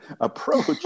approach